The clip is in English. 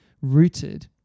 rooted